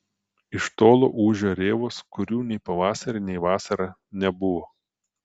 iš tolo ūžia rėvos kurių nei pavasarį nei vasarą nebuvo